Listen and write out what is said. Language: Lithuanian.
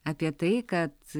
apie tai kad